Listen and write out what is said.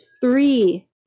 three